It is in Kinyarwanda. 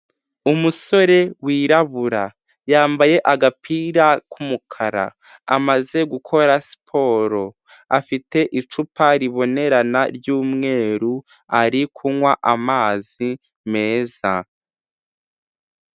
Umusore wirabura, yambaye agapira k'umukara, amaze gukora siporo, afite icupa ribonerana ry'umweru, ari kunywa amazi meza.